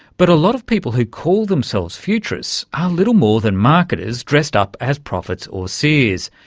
but a lot of people who call themselves futurists are little more than marketers dressed up as prophets or seers.